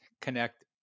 connect